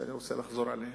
ואני רוצה לחזור עליהם,